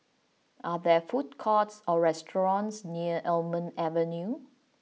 are there food courts or restaurants near Almond Avenue